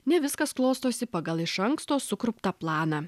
ne viskas klostosi pagal iš anksto sukurptą planą